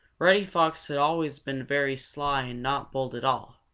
reddy fox had always been very sly and not bold at all.